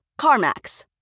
CarMax